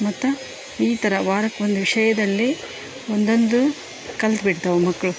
ಮತ್ತು ಈ ಥರ ವಾರಕ್ಕೊಂದು ವಿಷಯದಲ್ಲಿ ಒಂದೊಂದು ಕಲ್ತು ಬಿಡ್ತವೆ ಮಕ್ಕಳು